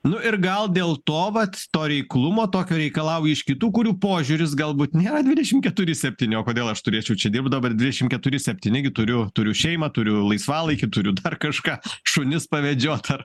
nu ir gal dėl to vat to reiklumo tokio reikalauji iš kitų kurių požiūris galbūt nėra dvidešimt keturi septyni o kodėl aš turėčiau čia dirbt dabar dvidešimt keturi septyni gi turiu turiu šeimą turiu laisvalaikį turiu dar kažką šunis pavedžiot ar